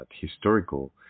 historical